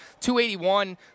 281